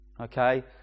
Okay